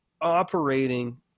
operating